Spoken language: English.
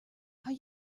are